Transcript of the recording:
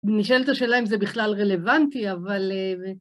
נשאלת השאלה אם זה בכלל רלוונטי, אבל...